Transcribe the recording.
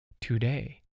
today